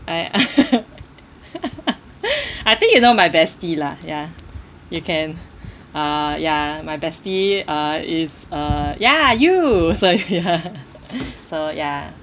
I I think you know my bestie lah ya you can uh ya my bestie uh is uh ya you so ya so ya